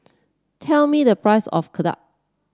tell me the price of